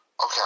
Okay